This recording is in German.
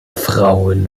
frauen